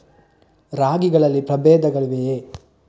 ರಾಗಿಗಳಲ್ಲಿ ಪ್ರಬೇಧಗಳಿವೆಯೇ?